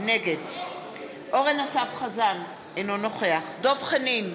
נגד אורן אסף חזן, אינו נוכח דב חנין,